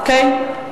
אוקיי?